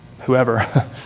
whoever